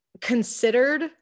considered